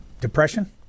depression